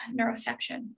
neuroception